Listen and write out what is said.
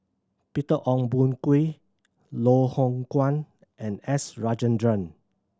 Peter Ong Boon Kwee Loh Hoong Kwan and S Rajendran